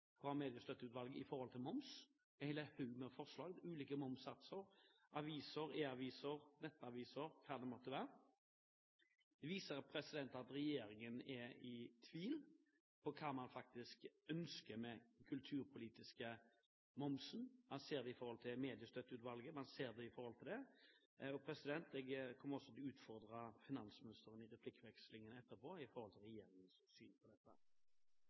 måtte være. Det viser at regjeringen er i tvil om hva man faktisk ønsker med den kulturpolitiske momsen. Det ser man i forhold til Mediestøtteutvalget. Jeg kommer også til å utfordre finansministeren i replikkutvekslingen etterpå om regjeringens syn på dette. Høyre ønsker å støtte det forslaget som vi har vært med på i finanskomiteen, om at bøker i